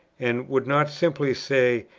and would not simply say,